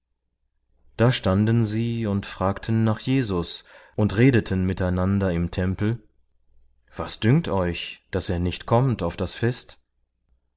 da standen sie und fragten nach jesus und redeten miteinander im tempel was dünkt euch daß er nicht kommt auf das fest